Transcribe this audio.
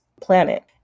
planet